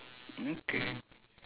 okay